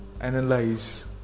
analyze